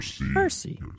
Mercy